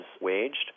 waged